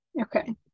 okay